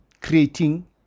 creating